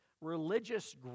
religious